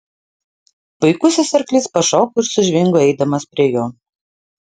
puikusis arklys pašoko ir sužvingo eidamas prie jo